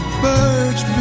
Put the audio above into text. birds